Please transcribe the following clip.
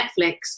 netflix